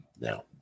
now